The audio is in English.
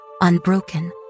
unbroken